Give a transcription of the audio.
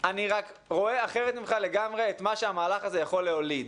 אבל אני רואה אחרת ממך לגמרי את מה שהמהלך הזה יכול להוליד.